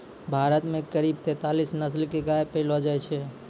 भारत मॅ करीब तेतालीस नस्ल के गाय पैलो जाय छै